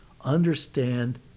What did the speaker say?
understand